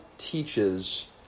teaches